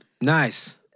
Nice